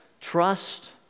trust